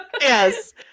yes